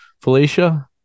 Felicia